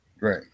right